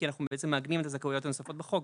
כי אנחנו בעצם מעגנים את הזכאויות הנוספות בחוק.